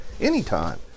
Anytime